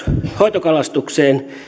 hoitokalastukseen